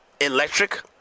electric